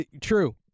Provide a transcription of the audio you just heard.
true